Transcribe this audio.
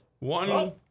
One